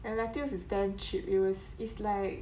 and lettuce is damn cheap it was is like